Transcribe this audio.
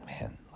man